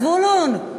זבולון,